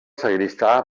sagristà